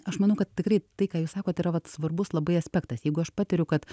aš manau kad tikrai tai ką jūs sakot yra vat svarbus labai aspektas jeigu aš patiriu kad